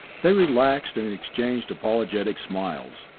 they relaxed and exchanged apologetic smiles.